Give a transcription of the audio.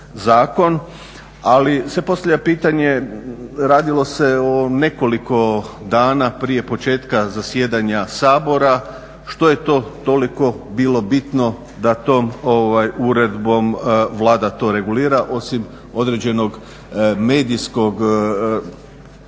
ali se postavlja pitanje, radilo se o nekoliko dana prije početka zasjedanja Sabora, što je to toliko bilo bitno da to uredbom Vlada to regulira, osim određenog medijskog prostora